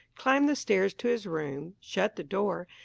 climbed the stairs to his room, shut the door,